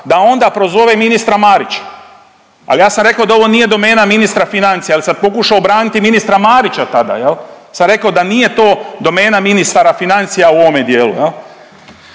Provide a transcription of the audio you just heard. da onda prozove ministra Marića. Al ja sam rekao da ovo nije domena ministra financija, al sam pokušao obraniti ministra Marića tada, sam rekao da nije to domena ministara financija u ovome dijelu.